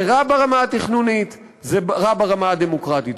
זה רע ברמה התכנונית, זה רע ברמה הדמוקרטית.